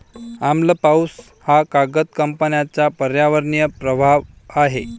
आम्ल पाऊस हा कागद कंपन्यांचा पर्यावरणीय प्रभाव आहे